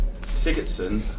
Sigurdsson